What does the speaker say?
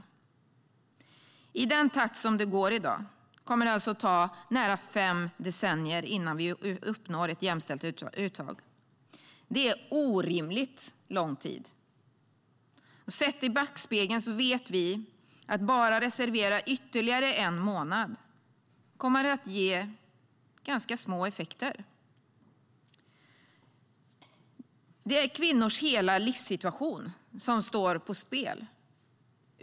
Med dagens takt kommer det som sagt att ta nära fem decennier innan vi uppnår ett jämställt uttag. Det är orimligt lång tid. Sett i backspegeln vet vi att det att reservera ytterligare en månad kommer att ge små effekter. Kvinnors hela livssituation står på spel.